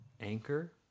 Anchor